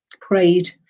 prayed